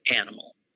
animal